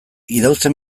idauze